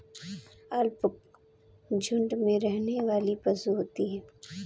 alpaca झुण्ड में रहने वाले पशु होते है